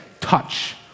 touch